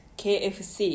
kfc